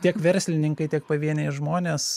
tiek verslininkai tiek pavieniai žmonės